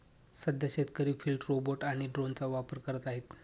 सध्या शेतकरी field robot आणि ड्रोनचा वापर करत आहेत